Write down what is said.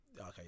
okay